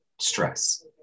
stress